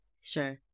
Sure